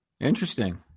Interesting